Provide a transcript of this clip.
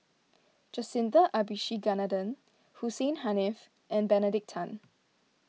Jacintha Abisheganaden Hussein Haniff and Benedict Tan